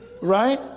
right